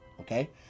okay